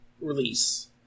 release